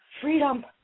freedom